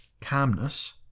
calmness